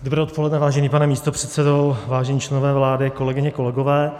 Dobré odpoledne, vážený pane místopředsedo, vážení členové vlády, kolegyně, kolegové.